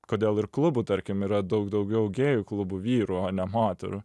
kodėl ir klubų tarkim yra daug daugiau gėjų klubų vyrų o ne moterų